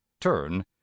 turn